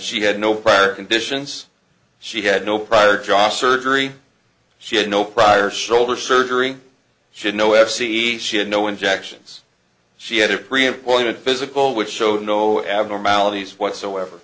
had no prior conditions she had no prior jaw surgery she had no prior shoulder surgery should know f c she had no injections she had a pre employment physical which showed no abnormalities whatsoever